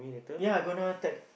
ya I gonna attack